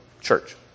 church